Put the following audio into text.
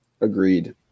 Agreed